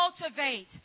cultivate